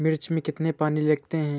मिर्च में कितने पानी लगते हैं?